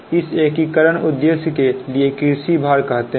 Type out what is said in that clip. इस एकीकरण उद्देश्यों के लिए कृषि भार कहते हैं